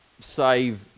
save